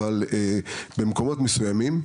אבל במקומות מסוימים,